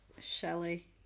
Shelley